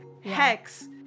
Hex